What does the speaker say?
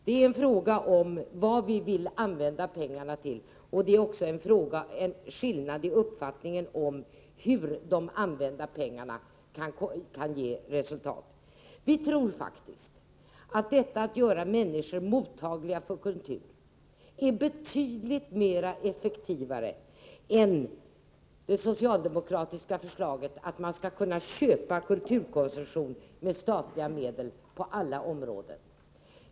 Det är här fråga om vad vi vill använda pengarna till, men det är också fråga om en skillnad i uppfattningen om på vilket sätt de använda pengarna ger resultat. Vi tror faktiskt att detta att göra människor mottagliga för kultur är betydligt mera effektivt än det socialdemokratiska förslaget att man skall kunna köpa kulturkonsumtion med statliga medel på alla områden.